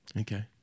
Okay